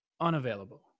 unavailable